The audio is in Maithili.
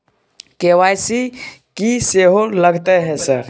के.वाई.सी की सेहो लगतै है सर?